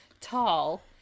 tall